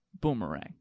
boomerang